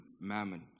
mammon